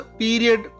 period